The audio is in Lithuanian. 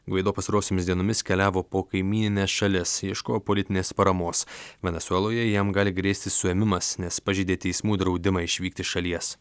gvaido pastarosiomis dienomis keliavo po kaimynines šalis ieškojo politinės paramos venesueloje jam gali grėsti suėmimas nes pažeidė teismų draudimą išvykti iš šalies